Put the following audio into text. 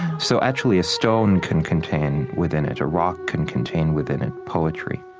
so actually, a stone can contain within it, a rock can contain within it poetry